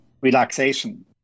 relaxation